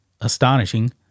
astonishing